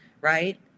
right